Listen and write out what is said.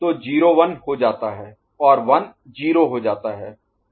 तो 0 1 हो जाता है और 1 0 हो जाता है